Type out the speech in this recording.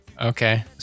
Okay